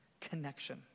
connection